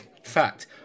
Fact